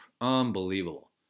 unbelievable